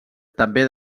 també